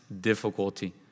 difficulty